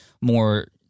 more